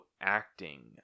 acting